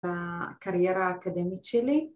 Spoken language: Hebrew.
‫בקריירה האקדמית שלי.